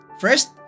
First